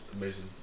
Amazing